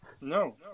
No